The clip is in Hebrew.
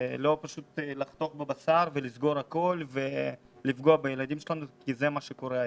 לא פשוט לחתוך בבשר ולסגור הכול ולפגוע בילדים שלנו שזה מה שקורה היום.